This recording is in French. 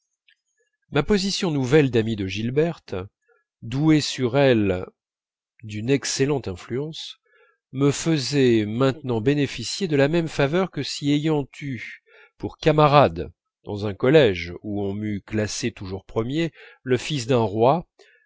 ma position nouvelle d'ami de gilberte doué sur elle d'une excellente influence me faisait maintenant bénéficier de la même faveur que si ayant eu pour camarade dans un collège où on m'eût classé toujours premier le fils d'un roi